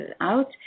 out